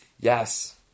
Yes